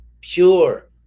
pure